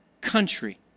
country